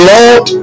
Lord